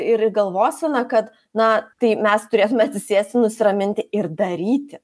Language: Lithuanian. ir galvoseną kad na tai mes turėtume atsisėsti nusiraminti ir daryti